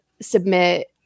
submit